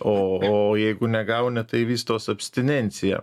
o o jeigu negauni tai vystos abstinencija